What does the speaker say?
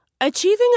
Achieving